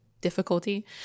difficulty